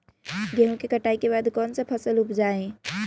गेंहू के कटाई के बाद कौन सा फसल उप जाए?